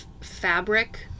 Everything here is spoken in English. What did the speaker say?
fabric